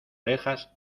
orejas